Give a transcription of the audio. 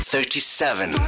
Thirty-seven